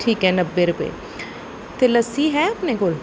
ਠੀਕ ਹੈ ਨੱਬੇ ਰੁਪਏ ਅਤੇ ਲੱਸੀ ਹੈ ਆਪਣੇ ਕੋਲ